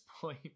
point